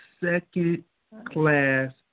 second-class